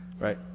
Right